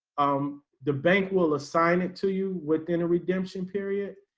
um, the bank will assign it to you within a redemption period.